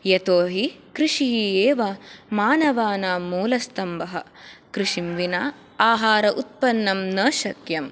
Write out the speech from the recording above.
यतोहि कृषिः एव मानवानां मूलस्तम्भः कृषिं विना आहार उत्पन्नं न शक्यम्